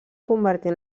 convertir